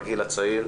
בגיל הצעיר.